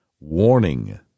warning